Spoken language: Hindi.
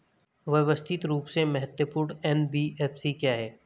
व्यवस्थित रूप से महत्वपूर्ण एन.बी.एफ.सी क्या हैं?